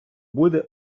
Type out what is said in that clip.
буде